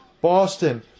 Boston